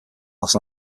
los